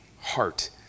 heart